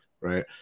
Right